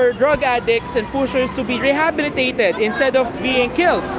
ah drug addicts and pushers to be rehabilitated instead of being killed.